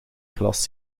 glas